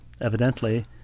evidently